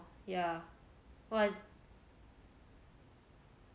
yeah !wah!